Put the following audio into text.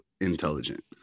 intelligent